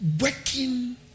Working